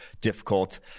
difficult